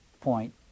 point